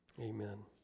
amen